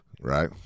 right